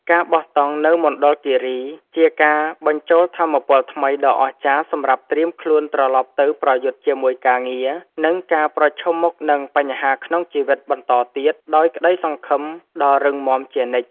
ការបោះតង់នៅមណ្ឌលគីរីគឺជាការបញ្ចូលថាមពលថ្មីដ៏អស្ចារ្យសម្រាប់ត្រៀមខ្លួនត្រឡប់ទៅប្រយុទ្ធជាមួយការងារ និង ការប្រឈមមុខនឹងបញ្ហាក្នុងជីវិតបន្តទៀតដោយក្ដីសង្ឃឹមដ៏រឹងមាំជានិច្ច។